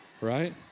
right